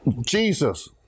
Jesus